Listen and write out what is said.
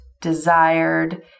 desired